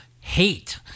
hate